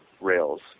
Rails